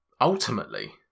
ultimately